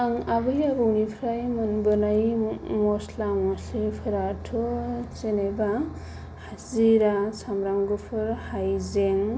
आं आबै आबौनिफ्राय मोनबोनाय मस्ला मस्लिफोराथ' जेनेबा जिरा सामब्राम गुफुर हाइजें